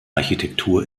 architektur